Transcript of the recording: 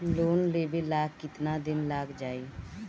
Loan लेबे ला कितना दिन लाग जाई?